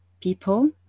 people